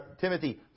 Timothy